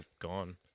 gone